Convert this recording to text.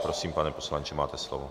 Prosím, pane poslanče, máte slovo.